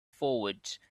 forward